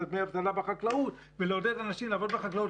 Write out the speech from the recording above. דמי האבטלה בחקלאות ולעודד אנשים לעבוד בחקלאות,